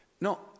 No